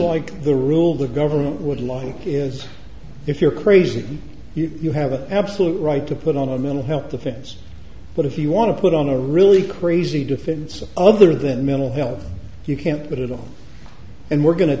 like the rule the government would like is if you're crazy if you have an absolute right to put on a mental health defense but if you want to put on a really crazy defense other than mental health you can't put it on and we're go